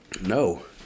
No